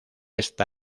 esta